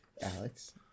Alex